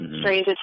strange